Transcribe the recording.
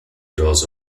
those